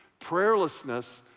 prayerlessness